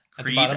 Creed